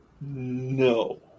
No